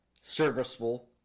serviceable